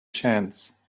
chance